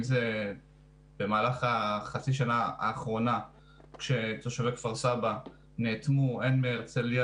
אם זה במהלך החצי שנה האחרונה כשתושבי כפר סבא נאטמו הן מהרצליה